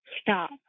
stop